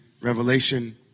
revelation